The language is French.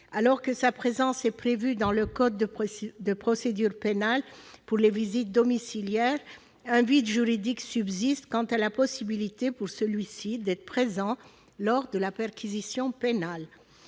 Alors qu'une telle présence est prévue dans le code de procédure pénale pour les visites domiciliaires, un vide juridique subsiste quant à la possibilité pour un avocat d'être présent lors de la perquisition pénale.